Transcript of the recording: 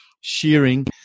shearing